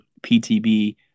PTB